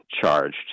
charged